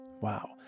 wow